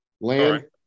land